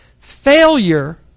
Failure